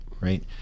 right